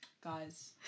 Guys